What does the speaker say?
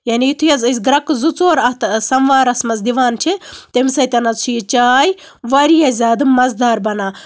یعنی یِتھُے حظ أسۍ اَتھ گرٮ۪کہٕ ژٕ ژور سَموارَس منٛز دِوان چھِ تَمہِ سۭتۍ حظ چھِ یہِ چاے واریاہ زیادٕ مَزٕ دار بَنان